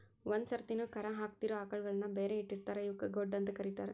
ಒಂದ್ ಸರ್ತಿನು ಕರಾ ಹಾಕಿದಿರೋ ಆಕಳಗಳನ್ನ ಬ್ಯಾರೆ ಇಟ್ಟಿರ್ತಾರ ಇವಕ್ಕ್ ಗೊಡ್ಡ ಅಂತ ಕರೇತಾರ